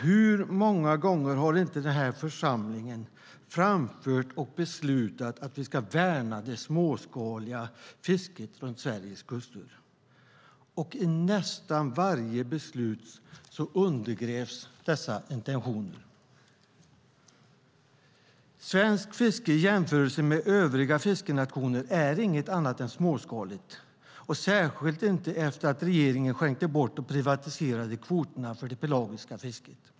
Hur många gånger har inte den här församlingen framfört och beslutat att vi ska värna det småskaliga fisket runt Sveriges kuster? Och i nästan varje beslut undergrävs dessa intentioner. Svenskt fiske är i jämförelse med övriga fiskenationers inget annat än småskaligt, särskilt inte efter det att regeringen skänkte bort och privatiserade kvoterna för det pelagiska fisket.